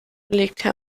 belegte